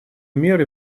меры